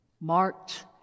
marked